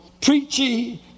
Preaching